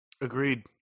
Agreed